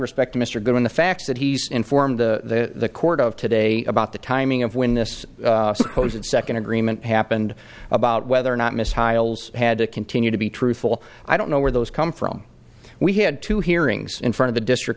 respect to mr goodwin the fact that he's informed the court of today about the timing of when this supposed second agreement happened about whether or not mr tiles had to continue to be truthful i don't know where those come from we had two hearings in front of the district